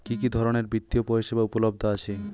কি কি ধরনের বৃত্তিয় পরিসেবা উপলব্ধ আছে?